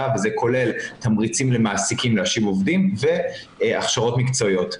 וזה כולל תמריצים למעסיקים להשיב עובדים והכשרות מקצועיות.